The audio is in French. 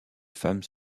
femme